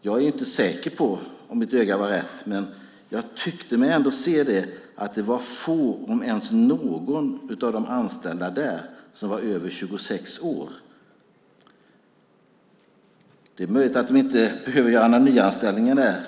Jag är inte säker på om mitt öga såg rätt, men jag tyckte mig ändå se att det var få, om ens någon, av de anställda som var över 26 år. Det är möjligt att de inte behöver göra några nyanställningar där.